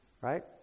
right